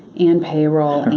and payroll,